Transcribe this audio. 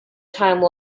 time